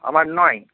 আমার নয়